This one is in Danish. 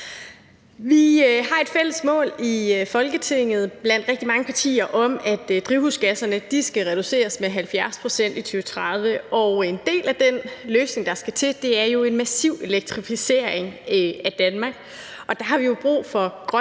Vi har et fælles mål i Folketinget blandt rigtig mange partier om, at udledningen af drivhusgasser skal reduceres med 70 pct. i 2030, og en del af den løsning, der skal til, er jo en massiv elektrificering af Danmark. Der har vi jo brug for grøn